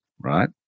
Right